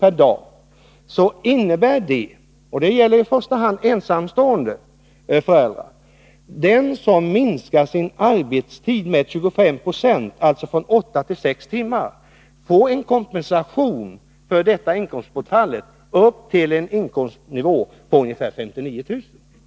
per dag får den som minskar sin arbetstid med 25 Ye, alltså från åtta till sex timmar — det gäller i första hand ensamstående föräldrar — en kompensation för detta inkomstbortfall upp till en inkomstnivå på ungefär 59 000 kr.